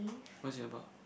what's it about